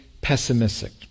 pessimistic